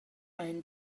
ein